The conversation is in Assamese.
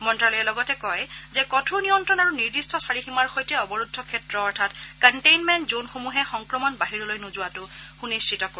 মন্তালয়ে লগতে কয় যে কঠোৰ নিয়ন্ত্ৰণ আৰু নিৰ্দিষ্ট চাৰিসীমাৰ সৈতে অৱৰুদ্ধ ক্ষেত্ৰ অৰ্থাৎ কণ্টেইনমেণ্ট জনসমূহে সংক্ৰমণ বাহিৰলৈ নোযোৱাটো সুনিশ্চিত কৰিব